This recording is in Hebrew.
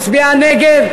היא הצביעה נגד,